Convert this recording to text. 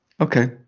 Okay